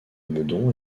meudon